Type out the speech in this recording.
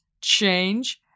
change